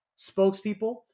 spokespeople